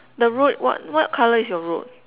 the road what what colour is your road